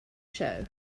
show